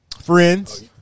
Friends